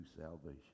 salvation